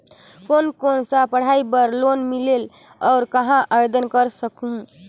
कोन कोन सा पढ़ाई बर लोन मिलेल और कहाँ आवेदन कर सकहुं?